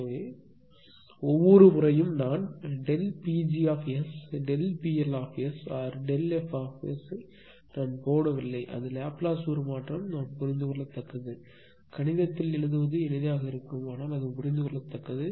எனவே ஒவ்வொரு முறையும் நான் Pg PLs or Δfபோடவில்லை அது லாப்லேஸ் உருமாற்றம் புரிந்துகொள்ளத்தக்கது கணிதத்தில் எழுதுவது எளிதாக இருக்கும் ஆனால் அது புரிந்துகொள்ளத்தக்கது